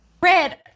Red